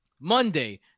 Monday